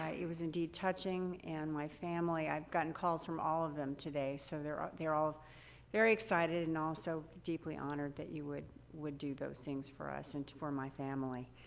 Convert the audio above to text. ah it was indeed touching, and my family, i've gotten calls from all of them today, so they're ah they're all very excited and also deeply honored that you would would do those things for us and for my family.